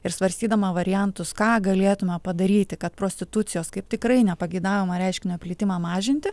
ir svarstydama variantus ką galėtume padaryti kad prostitucijos kaip tikrai nepageidaujamo reiškinio plitimą mažinti